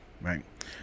Right